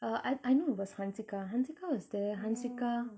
uh I I know it was hansika hansika was there hansika